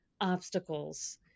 obstacles